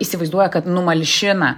įsivaizduoja kad numalšina